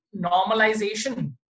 normalization